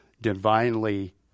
divinely